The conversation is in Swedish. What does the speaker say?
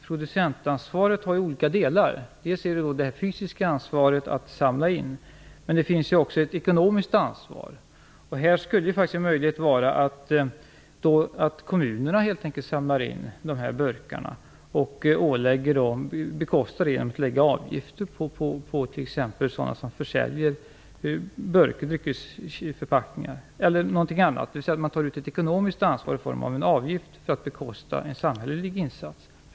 Producentansvaret består av olika delar. Dels handlar det om det fysiska ansvaret att samla in. Dels handlar det om det ekonomiska ansvaret. Här kunde det vara en möjlighet att kommunerna samlar in burkarna och bekostar det förslagsvis genom avgifter t.ex. på dem som säljer dryckesförpackningar. Ekonomiskt ansvar tas alltså i form av en avgift för att bekosta en samhällelig insats.